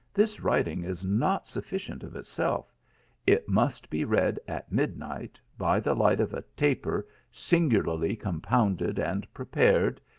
this writing is not sufficient of itself it must be read at midnight, by the light of a taper singularly compounded and pre pared,